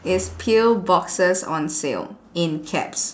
is pill boxes on sale in caps